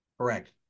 Correct